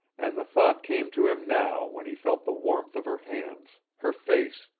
and the thought came to him now when he felt the warmth of her hands, her face,